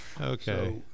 okay